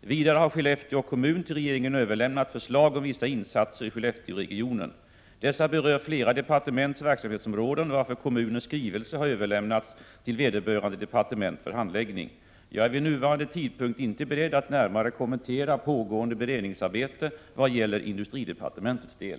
Vidare har Skellefteå kommun till regeringen överlämnat förslag om vissa insatser i Skellefteregionen. Dessa berör flera departements verksamhetsområden, varför kommunens skrivelse har överlämnats till vederbörande departement för handläggning. Jag är vid nuvarande tidpunkt inte beredd att närmare kommentera pågående beredningsarbete vad gäller industridepartementets del.